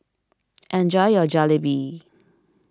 enjoy your Jalebi